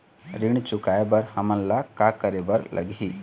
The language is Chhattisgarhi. ऋण चुकाए बर हमन ला का करे बर लगही?